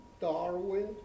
Darwin